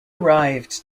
arrived